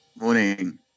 Morning